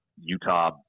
Utah